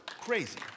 crazy